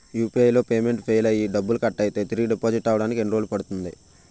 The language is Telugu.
యు.పి.ఐ లో పేమెంట్ ఫెయిల్ అయ్యి డబ్బులు కట్ అయితే తిరిగి డిపాజిట్ అవ్వడానికి ఎన్ని రోజులు పడుతుంది?